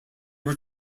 were